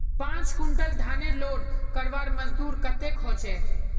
पाँच कुंटल धानेर लोड करवार मजदूरी कतेक होचए?